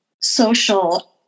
social